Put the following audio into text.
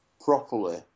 properly